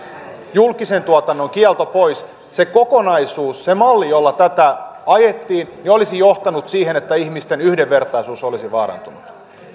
julkisen tuotannon kielto pois se kokonaisuus se malli jolla tätä ajettiin olisi johtanut siihen että ihmisten yhdenvertaisuus olisi vaarantunut